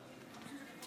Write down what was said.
אין מה להיות במתח.